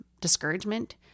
discouragement